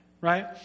right